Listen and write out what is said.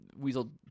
weasel